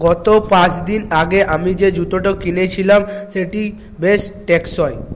গত পাঁচ দিন আগে আমি যে জুতোটো কিনেছিলাম সেটি বেশ টেকসই